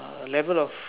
a level of